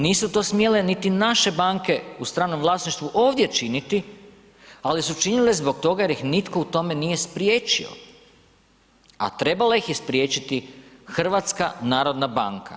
Nisu to smjele niti naše banke u stranom vlasništvu ovdje činiti, ali su činile zbog toga jer ih nitko u tome nije spriječio, a trebala ih je spriječiti HNB.